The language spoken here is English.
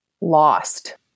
lost